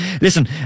Listen